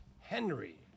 Henry